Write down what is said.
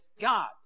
God